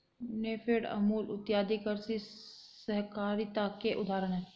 नेफेड, अमूल इत्यादि कृषि सहकारिता के उदाहरण हैं